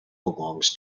belongs